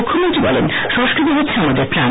মুখ্যমন্ত্রী বলেন সংস্কৃতি হচ্ছে আমাদের প্রাণ